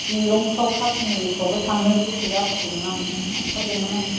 शिलंफ्राव काश्मिरफ्रावबो थांनो गोसो जाथारदोंमोन आं थांथारगौमोन आं